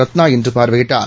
ரத்னா இன்று பார்வையிட்டார்